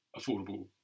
affordable